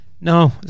No